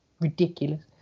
Ridiculous